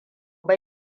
ba